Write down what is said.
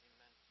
Amen